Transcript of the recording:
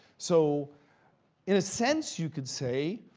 so in a sense, you could say,